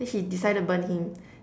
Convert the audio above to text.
then she decided to burn him